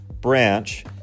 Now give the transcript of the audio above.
branch